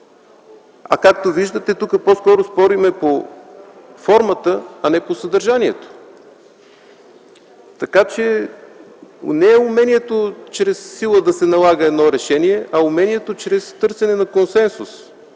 А както виждате, тук по-скоро спорим по формата, а не по съдържанието. Така че не е умението чрез сила да се налага едно решение, а умението е чрез търсене на консенсус.